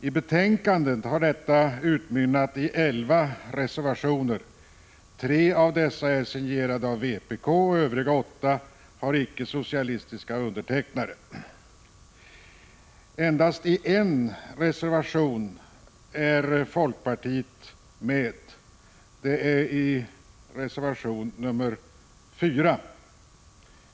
I betänkandet har detta utmynnat i elva reservationer. Tre av dessa är signerade av vpk och övriga åtta har icke-socialistiska undertecknare. Endast på en reservation är folkpartiet med, nämligen reservation 4.